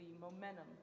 momentum